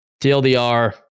TLDR